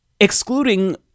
excluding